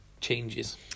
changes